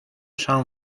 san